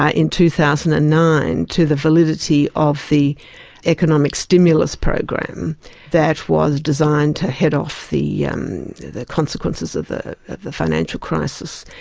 ah in two thousand and nine, to the validity of the economic stimulus program that was designed to head off the um the consequences of the the financial crisis,